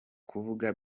kuvuga